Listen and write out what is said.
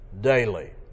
daily